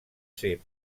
ser